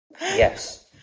Yes